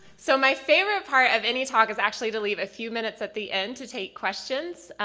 so my favorite part of any talk is actually to leave a few minutes at the end to take questions.